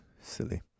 silly